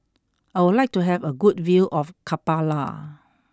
I would like to have a good view of Kampala